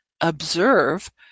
observe